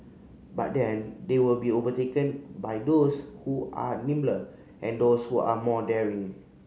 but then they will be overtaken by those who are nimbler and those who are more daring